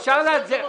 אפשר להביא את זה מחר.